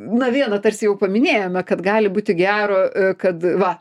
na vieną tarsi jau paminėjome kad gali būti gero kad va